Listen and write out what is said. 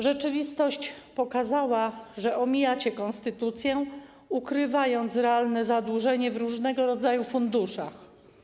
Rzeczywistość pokazała, że omijacie konstytucję, ukrywając realne zadłużenie w różnego rodzaju funduszach.